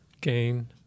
gain